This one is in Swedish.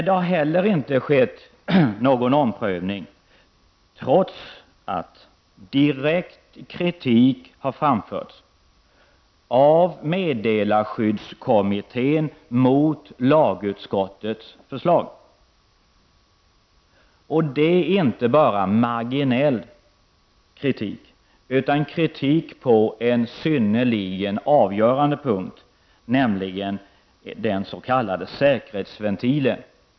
Det har inte skett någon omprövning, trots att direkt kritik har framförts mot lagutskottets förslag av meddelarskyddskommittén. Det är inte bara fråga om marginell kritik, utan kritik på en synnerligen avgörande punkt, nämligen i fråga om den s.k. säkerhetsventilen.